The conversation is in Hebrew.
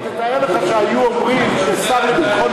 אבל תאר לך שהיו אומרים ששר לביטחון